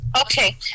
Okay